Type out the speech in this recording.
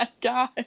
God